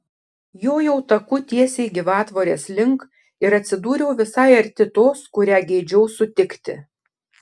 jojau taku tiesiai gyvatvorės link ir atsidūriau visai arti tos kurią geidžiau sutikti